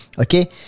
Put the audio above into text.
okay